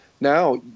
now